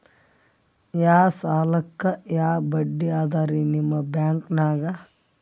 ಯಾ ಸಾಲಕ್ಕ ಯಾ ಬಡ್ಡಿ ಅದರಿ ನಿಮ್ಮ ಬ್ಯಾಂಕನಾಗ?